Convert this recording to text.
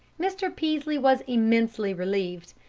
mr. peaslee was immensely relieved.